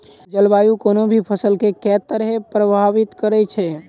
जलवायु कोनो भी फसल केँ के तरहे प्रभावित करै छै?